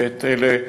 ואת אלה,